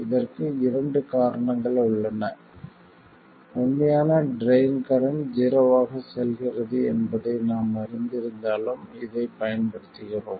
இதற்கு இரண்டு காரணங்கள் உள்ளன உண்மையான ட்ரைன் கரண்ட் ஜீரோவாக செல்கிறது என்பதை நாம் அறிந்திருந்தாலும் இதைப் பயன்படுத்துகிறோம்